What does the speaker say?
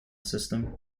system